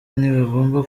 ntibagomba